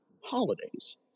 holidays